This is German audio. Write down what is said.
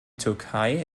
türkei